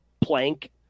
plank